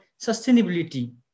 sustainability